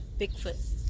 Bigfoot